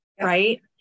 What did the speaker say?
right